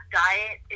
diet